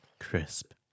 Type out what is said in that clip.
Crisp